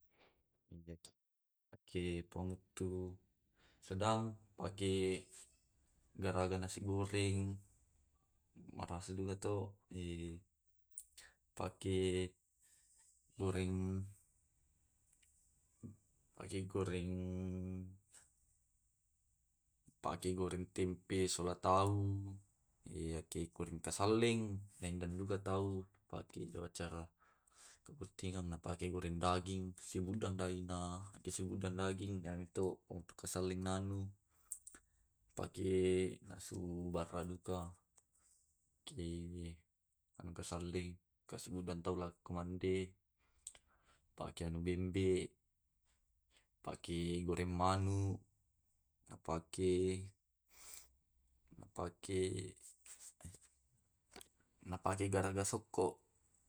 Iyake ake pammuttu sedang pake garaga nasi goreng, marasa duka to eh pake uring pake goreng, pake goreng tempe sola tahu. Iyake kuring kasalleng den duka tau pake tu acara kabuttingan, napake goreng daging, Siudang daina keseudang daging na siudang daging na to pake kasalling na anui, pakei nasu barra duka, pake kasalling langkantau elo kumande, pake anu bembe, pake goreng manu na pake na pake napake napake garaga sokko.